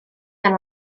gan